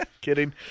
Kidding